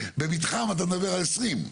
במתחם אתה מדבר על עשרים.